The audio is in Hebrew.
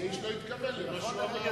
כי איש לא התכוון למה שהוא אמר ודיבר.